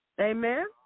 Amen